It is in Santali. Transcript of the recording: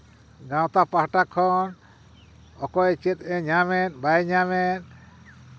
ᱜᱟᱶᱛᱟ ᱯᱟᱦᱴᱟ ᱠᱷᱚᱱ ᱚᱠᱚᱭ ᱪᱮᱫ ᱮ ᱧᱟᱢᱮᱫ ᱵᱟᱭ ᱧᱟᱢᱮᱫ